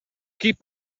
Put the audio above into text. keep